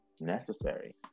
necessary